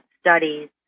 studies